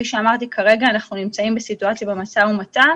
כרגע אנחנו נמצאים בסיטואציה במשא ומתן